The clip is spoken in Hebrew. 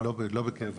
לא בקבע.